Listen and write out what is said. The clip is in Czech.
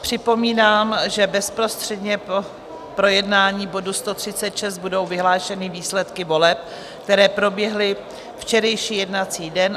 Připomínám, že bezprostředně po projednání bodu 136 budou vyhlášeny výsledky voleb, které proběhly včerejší jednací den.